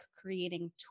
creating